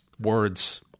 words